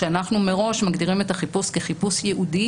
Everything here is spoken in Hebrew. כאשר אנחנו מראש מגדירים את החיפוש כחיפוש ייעודי